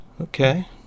okay